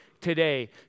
today